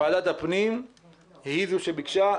ועדת הפנים היא זו שביקשה,